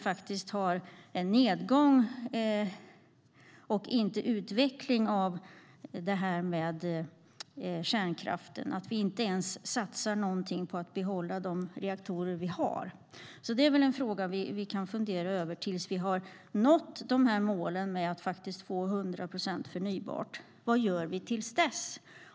Vi har en nedgång för kärnkraften, inte någon utveckling. Vi satsar inte ens någonting på att behålla de reaktorer vi har. Det är väl en fråga vi kan fundera över tills vi har nått målen om 100 procent förnybart. Vad gör vi till dess?